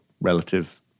relative